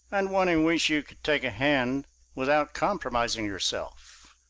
and one in which you could take a hand without compromising yourself.